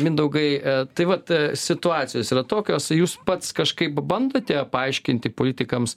mindaugai tai vat situacijos yra tokios jūs pats kažkaip bandote paaiškinti politikams